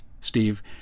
Steve